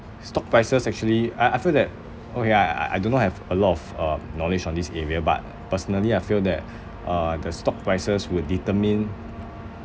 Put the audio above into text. stock prices actually I I feel that okay I I I do not have a lot of um knowledge on this area but personally I feel that uh the stock prices would determine